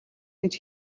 гэж